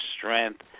strength